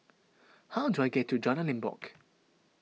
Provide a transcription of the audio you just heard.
how do I get to Jalan Limbok